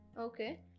Okay